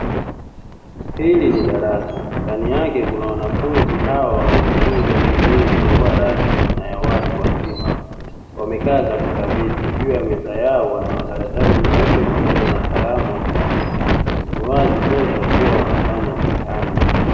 Hili ni darasa ndani yake kuna wanafunzi hawa wanaojifunza elimu hii isiyokuwa rasmi na ya watu wazima, wamekaa katika viti juu ya meza yao wanamakaratasi meupe pamoja na kalamu wakiandika, ni wazi tosha kuwa wanafanya mtihani.